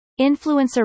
Influencer